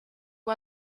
who